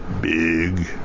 big